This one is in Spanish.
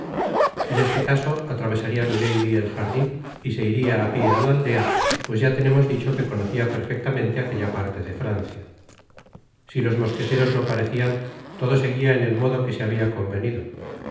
en este caso atravesaria milady el jardin y se iria á pié á la aldea pues ya tenemos dicho que conocia perfectamente aquella parte de francia si los mosqueteros no parecian todo seguia en el modo que sehabia convenido la